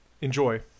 enjoy